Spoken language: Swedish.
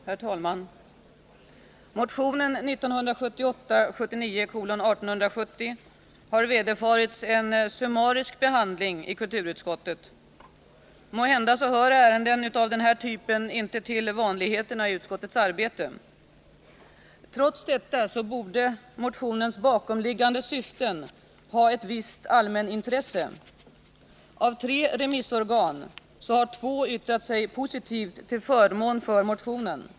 Herr talman! Motionen 1978/79:1870 har vederfarits en summarisk behandling i kulturutskottet. Måhända hör ärenden av den här typen inte till vanligheterna i utskottets arbete. Trots detta borde motionens bakomliggande syften ha ett visst allmänintresse. Av tre remissorgan har två yttrat sig positivt till förmån för motionen.